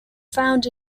found